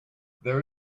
there